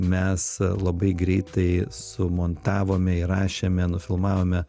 mes labai greitai sumontavome įrašėme nufilmavome